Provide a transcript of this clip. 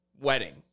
wedding